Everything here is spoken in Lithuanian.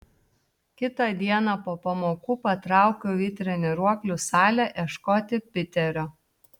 kitą dieną po pamokų patraukiau į treniruoklių salę ieškoti piterio